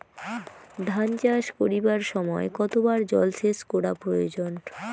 ধান চাষ করিবার সময় কতবার জলসেচ করা প্রয়োজন?